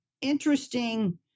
interesting